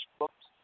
books